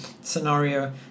scenario